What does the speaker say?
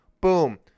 Boom